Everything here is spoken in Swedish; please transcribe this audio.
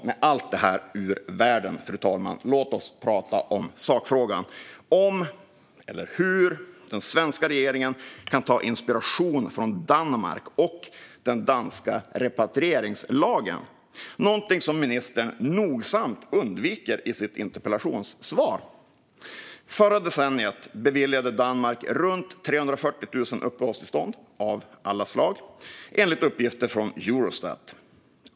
Med allt detta ur världen, fru talman, låt oss prata om sakfrågan - om eller hur den svenska regeringen kan få inspiration från Danmark och den danska repatrieringslagen! Det är någonting som ministern nogsamt undviker i sitt interpellationssvar. Förra decenniet beviljade Danmark runt 340 000 uppehållstillstånd av alla slag, enligt uppgifter från Eurostat.